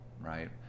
right